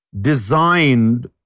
designed